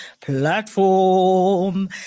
platform